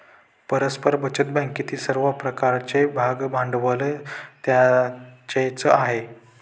परस्पर बचत बँकेतील सर्व प्रकारचे भागभांडवल त्यांचेच आहे